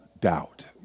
doubt